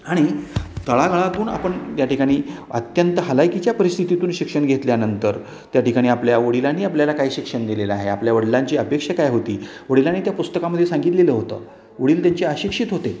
आणि तळागाळातून आपण त्या ठिकाणी अत्यंत हलाखीच्या परिस्थितीतून शिक्षण घेतल्यानंतर त्या ठिकाणी आपल्या वडिलांनी आपल्याला काय शिक्षण दिलेलं आहे आपल्या वडिलांची अपेक्षा काय होती वडिलांनी त्या पुस्तकामध्ये सांगितलेलं होतं वडील त्यांची आशिक्षित होते